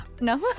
no